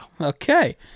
Okay